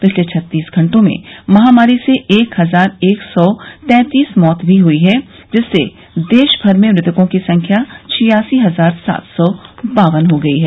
पिछले छत्तीस घंटों में महामारी से एक हजार एक सौ तैंतीस मौत भी हुई हैं जिससे देशभर में मृतकों की संख्या छियासी हजार सात सौ बावन हो गई है